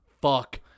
fuck